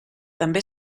també